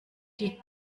die